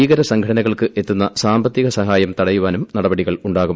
ഭീകര സംഘടനകൾക്ക് എത്തുന്ന സാമ്പത്തിക സഹായം തടയാനും നടപടികൾ ഉ ാകും